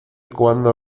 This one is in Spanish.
cuando